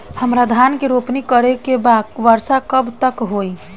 हमरा धान के रोपनी करे के बा वर्षा कब तक होई?